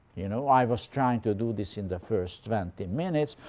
you know, i was trying to do this in the first twenty minutes.